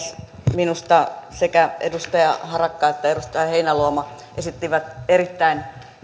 minusta sekä edustaja harakka että edustaja heinäluoma esittivät erittäin